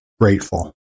grateful